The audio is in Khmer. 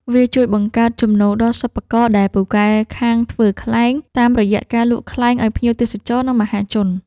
វាជួយបង្កើតចំណូលដល់សិប្បករដែលពូកែខាងធ្វើខ្លែង តាមរយៈការលក់ខ្លែងឱ្យភ្ញៀវទេសចរ និងមហាជន។